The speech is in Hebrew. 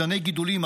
זני גידולים,